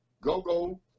go-go